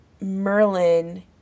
Merlin